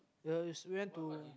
uh is went to